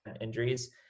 injuries